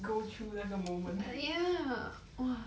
go through 那个 moment